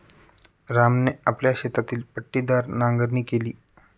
रामने आपल्या शेतातील पट्टीदार नांगरणी केली